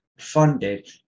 funded